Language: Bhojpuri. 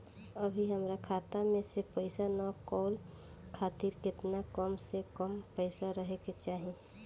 अभीहमरा खाता मे से पैसा इ कॉल खातिर केतना कम से कम पैसा रहे के चाही?